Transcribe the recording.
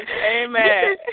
Amen